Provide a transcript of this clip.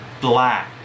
black